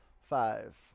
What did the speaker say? Five